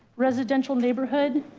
residential neighborhood